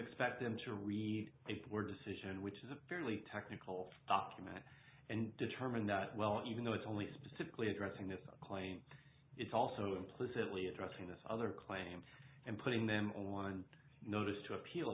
expect them to read if it were decision which is a fairly technical document and determine that well even though it's only specifically addressing that claim it's also implicitly addressing this other claim and putting them all on and notice to appeal